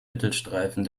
mittelstreifen